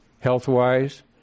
health-wise—